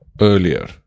earlier